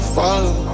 follow